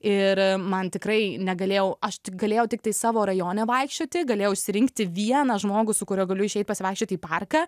ir man tikrai negalėjau aš tik galėjau tiktai savo rajone vaikščioti galėjau išsirinkti vieną žmogų su kuriuo galiu išeit pasivaikščiot į parką